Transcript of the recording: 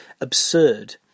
Absurd